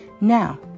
Now